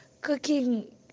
cooking